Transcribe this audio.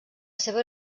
seva